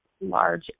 large